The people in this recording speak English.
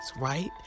right